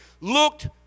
looked